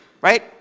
right